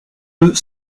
eux